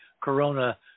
Corona